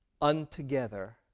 untogether